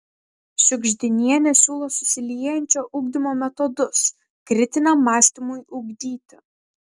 šiugždinienė siūlo susiliejančio ugdymo metodus kritiniam mąstymui ugdyti